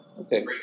Okay